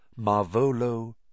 Marvolo